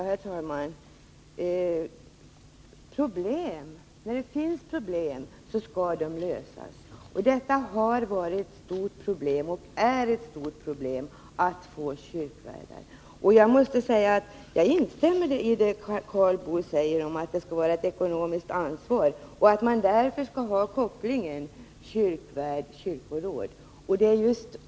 Herr talman! När det finns problem skall de lösas. Det har varit och är ett stort problem att få kyrkvärdar. Jag instämmer i vad Karl Boo säger om det ekonomiska ansvaret och att man bör ha kvar kopplingen kyrkvärd-kyrkoråd.